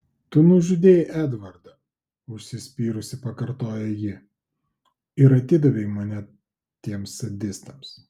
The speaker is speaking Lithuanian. tu nužudei edvardą užsispyrusi pakartoja ji ir atidavei mane tiems sadistams